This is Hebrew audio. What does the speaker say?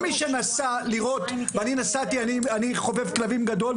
אני חובב כלבים גדול,